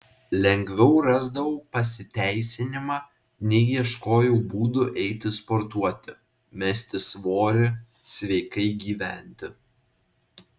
lengviau rasdavau pasiteisinimą nei ieškojau būdų eiti sportuoti mesti svorį sveikai gyventi